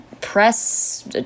press